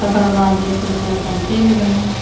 तकर बाद जे छै से अपन चलि गेलहुँ